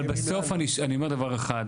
אבל בסוף אני אומר דבר אחד,